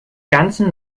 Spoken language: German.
ganzen